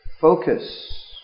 focus